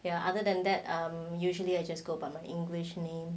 other than that I usually err just go by my english name